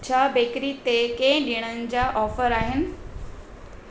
छा बेकरी ते के ॾिणनि जा ऑफर आहिनि